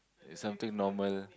something normal